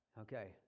Okay